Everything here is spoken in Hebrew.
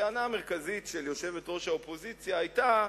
הטענה המרכזית של יושבת-ראש האופוזיציה היתה: